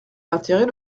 l’intérêt